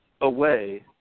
away